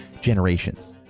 generations